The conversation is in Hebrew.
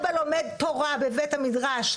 לזה עזרה,